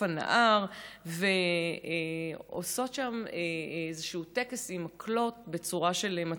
הנהר ועושות שם איזשהו טקס עם מקלות בצורה של מצבות.